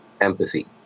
empathy